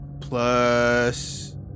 plus